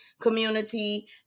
community